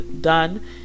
done